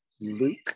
Luke